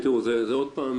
זה עוד פעם